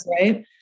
right